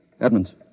Edmonds